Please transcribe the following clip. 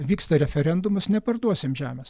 vyksta referendumas neparduosim žemės